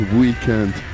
weekend